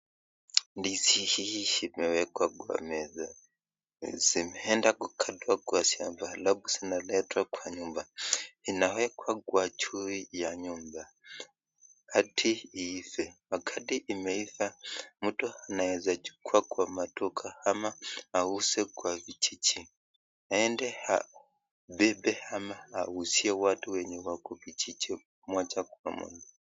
Ndizi hii imewekwa kwa meza, zimeenda kukatwa kwa shamba alafu zinaletwa kwa nyumba, inawekwa kwa juu ya nyumba hadi iive, wakati imeiva mtu anaeza chukua kwa maduka ama auze kwa vijiji aende abebe ama auzie watu watu wenye wako kijiji moja kwa moja.